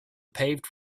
paved